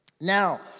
Now